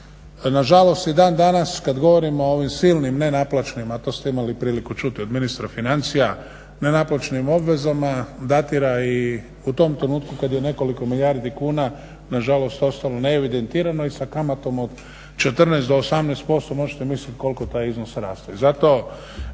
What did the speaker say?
nažalost i dan danas kad govorimo o ovim silnim nenaplaćenim, a to ste imali priliku čuti od ministra financija, nenaplaćenim obvezama datira i u tom trenutku kad je nekoliko milijardi kuna nažalost ostalo neevidentirano i sa kamatom od 14 do 18% možete mislit koliko taj iznos raste.